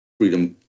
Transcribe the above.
freedom